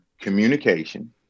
communication